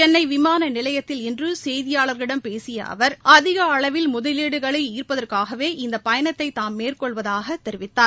சென்ளை விமான நிலையத்தில் இன்று செய்தியாளர்களிடம் பேசிய அவர் அதிக அளவில் முதலீடுகளை ஈர்ப்பதற்காகவே இந்தப் பயணத்தை தாம் மேற்கொள்வதாக தெரிவித்தார்